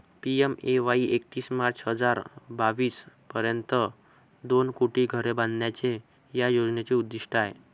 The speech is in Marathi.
पी.एम.ए.वाई एकतीस मार्च हजार बावीस पर्यंत दोन कोटी घरे बांधण्याचे या योजनेचे उद्दिष्ट आहे